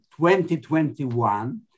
2021